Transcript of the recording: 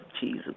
Jesus